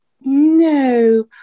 No